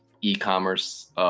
e-commerce